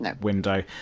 window